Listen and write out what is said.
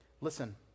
Listen